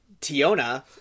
Tiona